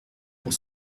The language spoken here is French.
pour